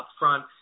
upfront